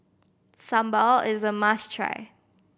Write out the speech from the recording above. Sambal is a must try